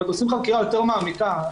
עושים חקירה יותר מעמיקה.